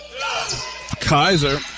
Kaiser